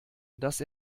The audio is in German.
dass